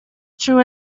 true